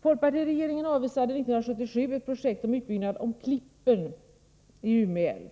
Folkpartiregeringen avvisade 1977 ett projekt om utbyggnad av Klippen i Ume älv.